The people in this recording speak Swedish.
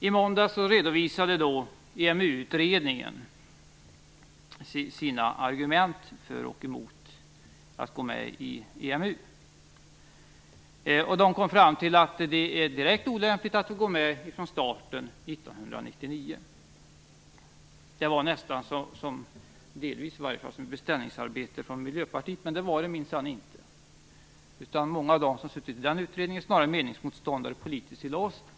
I måndags redovisade EMU utredningen argumenten för och emot en anslutning till EMU. Utredningen kom fram till att det är direkt olämpligt att vi går med från starten 1999. Det verkade delvis som ett beställningsarbete från Miljöpartiet, men det var det minsann inte. Många av dem som har suttit i utredningen är snarare politiska meningsmotståndare till oss.